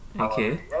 okay